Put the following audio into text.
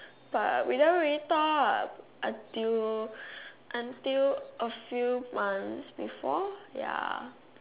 but we never really talk until until a few months before ya